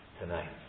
tonight